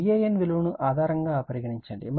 Van విలువ ను ఆధారంగారిఫరెన్స్ పరిగణించండి